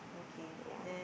yeah